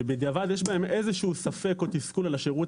שבדיעבד יש בהם איזה שהוא ספק או תסכול על השירות